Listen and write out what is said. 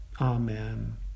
amen